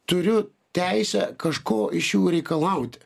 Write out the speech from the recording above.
turiu teisę kažko iš jų reikalauti